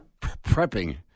prepping